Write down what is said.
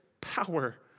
power